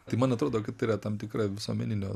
tai man atrodo kad tai yra tam tikra visuomeninio